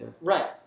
Right